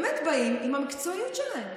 הם באמת באים עם המקצועיות שלהם.